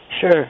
Sure